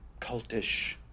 cultish